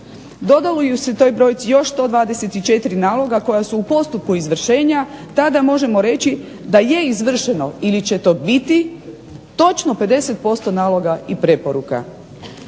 Dodaju li se toj brojci još 124 naloga koja su u postupku izvršenja, tada možemo reći da je izvršeno ili će to biti točno 50% naloga i preporuka.